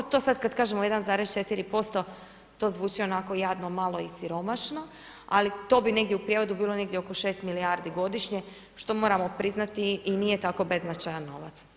To sad kad kažemo 1,4% to zvuči onako jadno, malo i siromašno, ali to bi negdje u prijevodu bilo negdje 6 milijardi godišnje što moramo priznati i nije tako beznačajan novac.